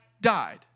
died